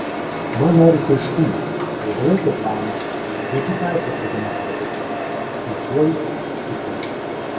man norisi aiškumo ilgalaikio plano jaučiu kaifą kurdama strategiją skaičiuoju tikrinu